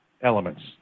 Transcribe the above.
elements